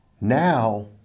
now